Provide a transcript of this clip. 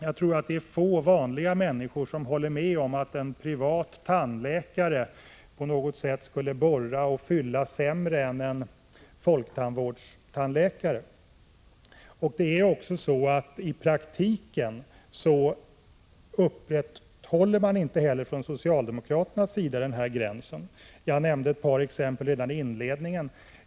Jag tror att få vanliga människor håller med om att en privat tandläkare på något sätt skulle borra och fylla sämre än en tandläkare i folktandvården. I praktiken upprätthåller man inte heller från socialdemokratisk sida den här gränsen. Jag nämnde ett par exempel på det nyss.